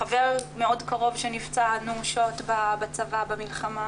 חבר מאוד קרוב שנפצע אנושות בצבא במלחמה,